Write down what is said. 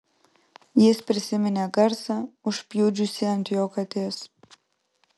jis prisiminė garsą užpjudžiusį ant jo kates